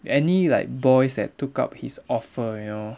any like boys that took up his offer you know